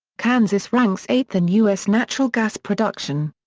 kansas ranks eighth in u s. natural gas production.